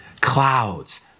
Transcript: clouds